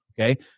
Okay